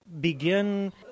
begin